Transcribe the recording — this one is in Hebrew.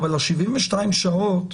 ה-72 שעות,